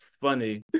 funny